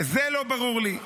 זה לא ברור לי.